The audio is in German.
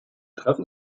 treffen